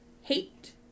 hate